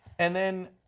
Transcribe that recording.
and then,